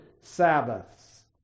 Sabbaths